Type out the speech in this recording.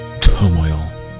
turmoil